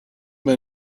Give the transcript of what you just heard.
man